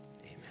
Amen